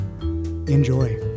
Enjoy